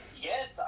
Yes